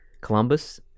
Columbus